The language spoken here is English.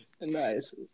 Nice